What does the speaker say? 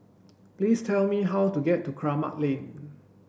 please tell me how to get to Kramat Lane